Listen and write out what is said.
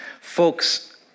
Folks